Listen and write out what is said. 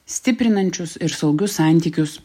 stiprinančius ir saugius santykius